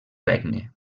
regne